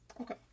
Okay